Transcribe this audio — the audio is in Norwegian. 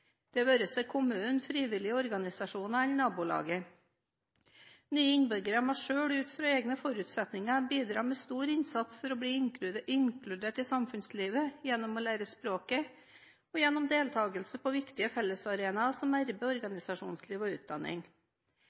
det være seg kommunen, frivillige organisasjoner eller nabolaget. Nye innbyggere må selv, ut fra egne forutsetninger, bidra med stor innsats for å bli inkludert i samfunnslivet gjennom å lære språket og gjennom deltakelse på viktige fellesarenaer som arbeid, organisasjonsliv og utdanning.